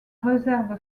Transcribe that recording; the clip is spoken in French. réserve